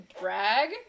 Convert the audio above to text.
brag